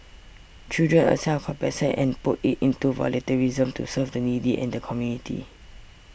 children a sense of compassion and put it into volunteerism to serve the needy and the community